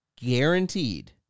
Guaranteed